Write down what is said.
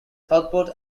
southport